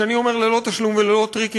וכשאני אומר "ללא תשלום וללא טריקים",